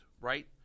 right